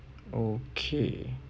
okay